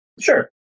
Sure